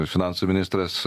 finansų ministras